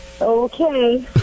Okay